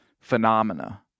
phenomena